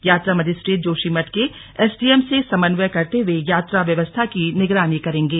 यात्रा मजिस्ट्रेट जोशीमठ के एसडीएम से समन्वय करते हुए यात्रा व्यवस्था की निगरानी करेंगे